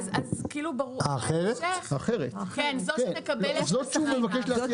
כן, זו שתקבל את התפקיד.